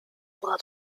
bras